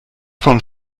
von